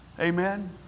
Amen